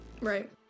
Right